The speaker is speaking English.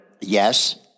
yes